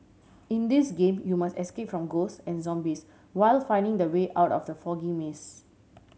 in this game you must escape from ghost and zombies while finding the way out of the foggy maze